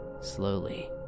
Slowly